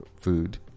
food